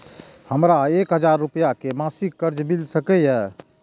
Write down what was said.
हमरा एक हजार रुपया के मासिक कर्ज मिल सकिय?